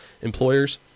employers